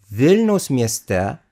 vilniaus mieste